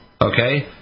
Okay